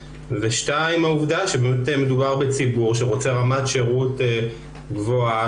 והעובדה שמדובר בציבור שרוצה רמת שירות גבוהה,